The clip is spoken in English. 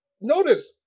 Notice